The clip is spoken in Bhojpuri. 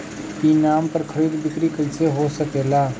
ई नाम पर खरीद बिक्री कैसे हो सकेला?